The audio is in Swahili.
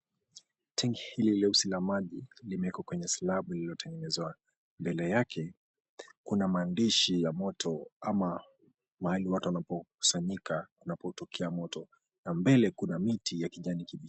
Tangi hili leusi la maji limewekwa kwenye slab lililotengenezwa. Mbele yake kuna maandishi ya moto, ama mahali watu wanapokusanyika kunapotokea moto. Na mbele kuna miti ya kijani kibichi.